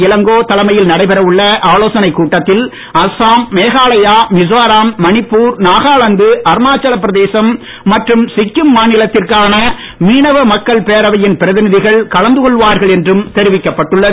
இளங்கோ தலைமையில் நடைபெற உள்ள ஆலோசனைக் கூட்டத்தில் அஸ்சாம் மேகாலாயா மிசோரம் மணிப்பூர் நாகாலாந்து அருணாச்சலபிரதேசம் மற்றும் சிக்கிம்மாநிலத்திற்கான மீனவ மக்கள் பேரவையின் பிரதிநிதிகள் கலந்து கொள்வார்கள் என்றும் தெரிவிக்கப்பட்டுள்ளது